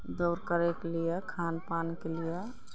दौड़ करै के लिए खान पान के लिए